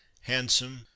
handsome